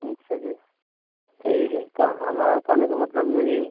अच्छा जी ठीक है हमारे कहने का मतलब यह है